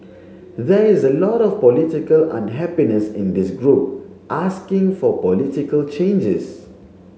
there is a lot of political unhappiness in this group asking for political changes